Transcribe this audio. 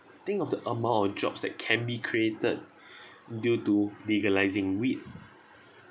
think of the amount of jobs that can be created due to legalising weed